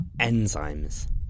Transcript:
enzymes